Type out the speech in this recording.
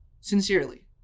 sincerely